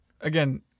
again